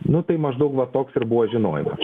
nu tai maždaug va toks ir buvo žinojimas